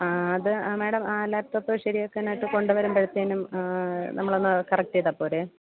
ആ അത് ആ മാഡം ആ ലാപ്ടോപ്പ് ശരിയാക്കാനായിട്ട് കൊണ്ട് വരുമ്പോഴത്തേനും നമ്മളൊന്ന് കറക്റ്റ് ചെയ്താൽ പോരേ